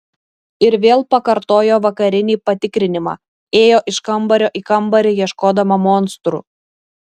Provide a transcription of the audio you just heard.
ir vėl pakartojo vakarinį patikrinimą ėjo iš kambario į kambarį ieškodama monstrų